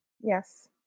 Yes